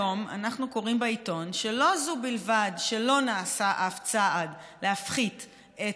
היום אנחנו קוראים בעיתון שלא זו בלבד שלא נעשה אף צעד להפחית את